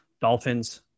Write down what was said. Dolphins